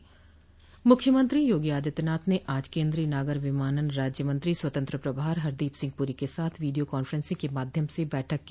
मुख्यमंत्री योगी आदित्यनाथ ने आज केन्द्रीय नागर विमानन राज्य मंत्री स्वतंत्र प्रभार हरदीप सिंह पुरी के साथ वीडियो कांफ्रेंसिंग के माध्यम से बैठक की